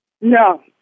No